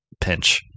pinch